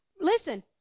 Listen